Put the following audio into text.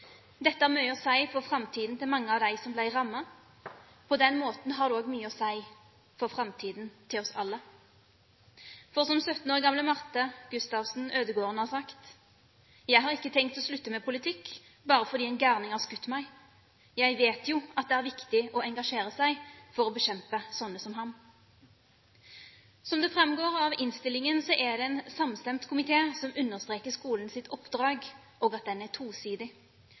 Dette har mye å si for framtiden til mange av dem som ble rammet. På den måten har det også mye å si for framtiden til oss alle. For som 17 år gamle Marte Gustavsen Ødegården har sagt: «Jeg har ikke tenkt å slutte med politikk bare fordi en gærning har skutt meg. Jeg ser jo at det er viktig å engasjere seg for å bekjempe sånne som han.» Som det framgår av innstillingen, er det en samstemt komité som understreker skolens oppdrag, og at det er tosidig: